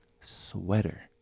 sweater